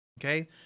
Okay